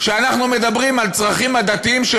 כשאנחנו מדברים על צרכים דתיים של